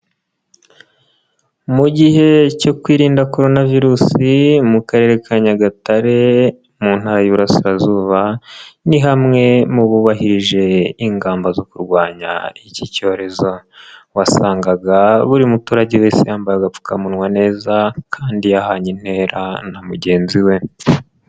Mu gihe cyo kwirinda Korona Virusi mu Karere ka Nyagatare mu Ntara y'Iburasirazuba ni hamwe mu bubahirije ingamba zo kurwanya iki cyorezo, wasangaga buri muturage wese yambaye agapfukamunwa neza kandi yahanye intera na mugenzi we.